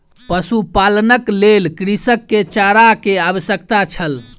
पशुपालनक लेल कृषक के चारा के आवश्यकता छल